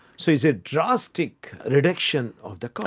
so it's a drastic reduction of the cost.